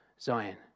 Zion